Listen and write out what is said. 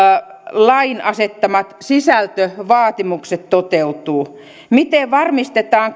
lain asettamat sisältövaatimukset toteutuvat miten varmistetaan